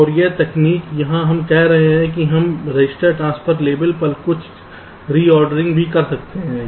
और यह तकनीक यहां हम कह रहे हैं कि हम रजिस्टर ट्रांसफर लेवल पर कुछ रीऑर्डरिंग भी कर सकते हैं